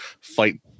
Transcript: fight